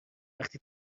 وقتی